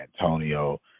Antonio